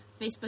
Facebook